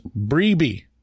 Breeby